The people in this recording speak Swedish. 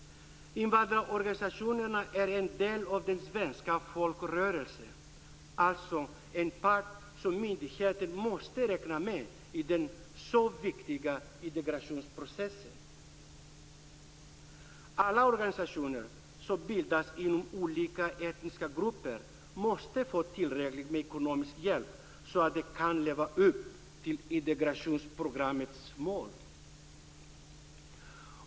Invandrarorganisationerna är en del av den svenska folkrörelsen, alltså en part som myndigheten måste räkna med i den så viktiga integrationsprocessen. Alla organisationer som bildas inom olika etniska grupper måste få tillräckligt med ekonomisk hjälp så att de kan leva upp till integrationsprogrammets mål.